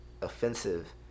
offensive